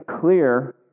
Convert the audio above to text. clear